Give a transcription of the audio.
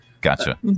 Gotcha